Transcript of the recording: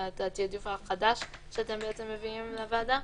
ואת התעדוף החדש שאתם מביאים לוועדה?